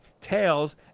Tails